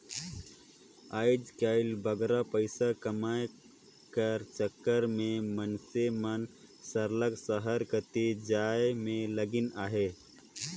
आएज काएल बगरा पइसा कमाए कर चक्कर में मइनसे मन सरलग सहर कतिच जाए में लगिन अहें